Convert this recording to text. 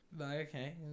Okay